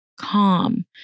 calm